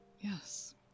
Yes